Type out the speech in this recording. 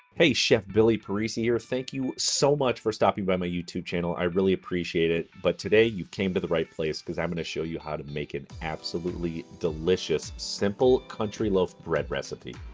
hey, chef billy parisi here. thank you so much for stopping by my youtube channel. i really appreciate it. but today, you've came to the right place, cause i'm gonna show you how to make an absolutely delicious, simple country loaf bread recipe.